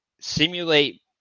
simulate